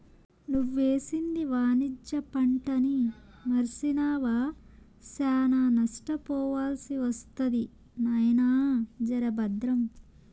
నువ్వేసింది వాణిజ్య పంటని మర్సినావా, శానా నష్టపోవాల్సి ఒస్తది నాయినా, జర బద్రం